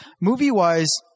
movie-wise